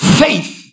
faith